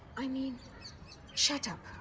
i mean shut up.